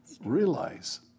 realize